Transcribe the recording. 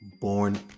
born